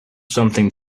something